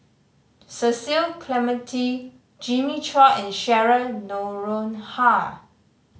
Cecil Clementi Jimmy Chua and Cheryl Noronha